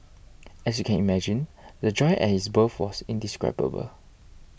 as you can imagine the joy at his birth was indescribable